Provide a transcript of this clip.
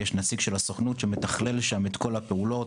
יש נציג של הסוכנות שמתחלל שם את כל הפעולות,